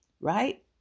right